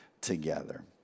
together